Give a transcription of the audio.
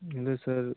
ହେଲେ ସାର୍